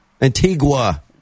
Antigua